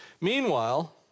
Meanwhile